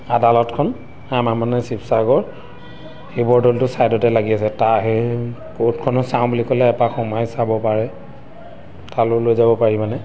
আদালতখন আমাৰ মানে শিৱসাগৰ শিৱদলটোৰ চাইডতে লাগি আছে তাৰ সেই ক'ৰ্টখনো চাওঁ বুলি ক'লে এপাক সোমাই চাব পাৰে তালৈও লৈ যাব পাৰি মানে